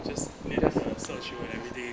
just need a search for whatever day